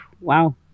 Wow